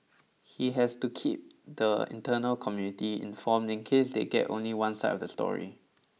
he has to keep the internal community informed in case they get only one side of the story